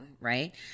right